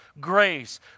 grace